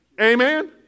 Amen